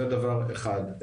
זה דבר אחד.